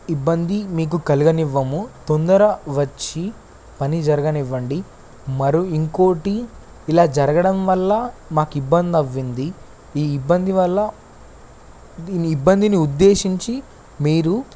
ఇబ్బంది మీకు కలిగనివ్వము తొందరగా వచ్చి పని జరగనియ్యండి మీరు ఇంకొకటి ఇలా జరగడం వల్ల మాకు ఇబ్బంది అయ్యింది ఈ ఇబ్బంది వల్ల దీని ఇబ్బందిని ఉద్దేశించి మీరు